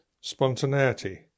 spontaneity